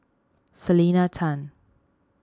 Selena Tan